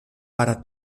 para